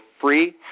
free